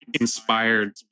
inspired